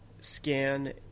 scan